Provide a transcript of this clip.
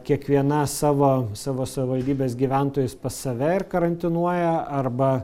kiekviena savo savo savivaldybės gyventojus pas save ir karantinuoja arba